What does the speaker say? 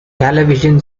television